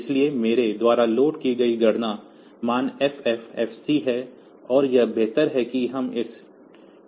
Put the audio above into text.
इसलिए मेरे द्वारा लोड की गई गणना मान FFFC है और यह बेहतर है कि हम इस TF0 बिट को साफ करें